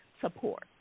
support